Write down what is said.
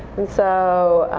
and so